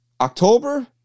October